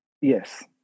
Yes